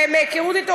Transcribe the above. ומהיכרות אתו,